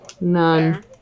None